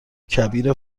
کبیر